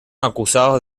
acusados